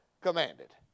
commanded